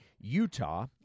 Utah